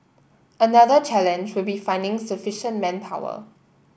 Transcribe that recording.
another challenge would be finding sufficient manpower